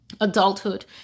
adulthood